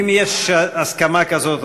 אם יש הסכמה כזאת,